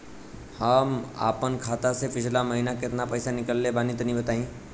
हम आपन खाता से पिछला महीना केतना पईसा निकलने बानि तनि बताईं?